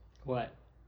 what